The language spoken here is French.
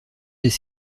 des